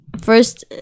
first